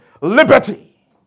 liberty